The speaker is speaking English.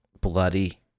bloody